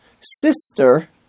sister